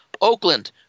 Oakland